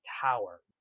tower